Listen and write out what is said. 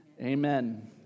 amen